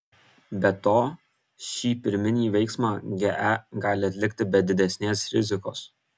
be to šį pirminį veiksmą ge gali atlikti be didesnės rizikos